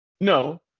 no